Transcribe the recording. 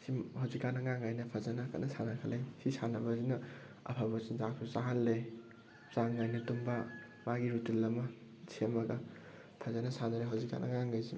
ꯁꯤ ꯍꯧꯖꯤꯛꯀꯥꯟ ꯑꯉꯥꯡꯈꯩꯅ ꯐꯖꯅ ꯀꯟꯅ ꯁꯥꯟꯅꯈꯠꯂꯛꯏ ꯁꯤ ꯁꯥꯟꯅꯕꯁꯤꯅ ꯑꯐꯕ ꯆꯤꯟꯖꯥꯛꯁꯨ ꯆꯥꯍꯜꯂꯦ ꯆꯥꯡ ꯅꯥꯏꯅ ꯇꯨꯝꯕ ꯃꯥꯒꯤ ꯔꯨꯇꯤꯟ ꯑꯃ ꯁꯦꯝꯃꯒ ꯐꯖꯅ ꯁꯥꯟꯅꯔꯦ ꯍꯧꯖꯤꯛꯀꯥꯟ ꯑꯉꯥꯡꯈꯩꯁꯤ